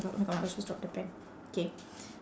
oh my god oh my god I just dropped the pen K